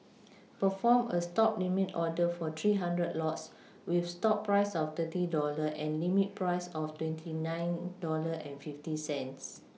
perform a stop limit order for three hundred lots with stop price of thirty dollar and limit price of twenty nine dollar and fifty cents